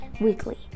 Weekly